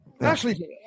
Ashley